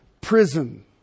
prison